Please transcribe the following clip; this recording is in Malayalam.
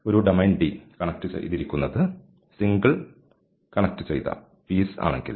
ഒരു ഡൊമെയ്ൻ D കണക്ട് ചെയ്തിരിക്കുന്നത് സിംഗിൾ കണക്ട് ചെയ്ത പീസ് ആണെങ്കിൽ